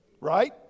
right